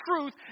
truth